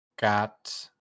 got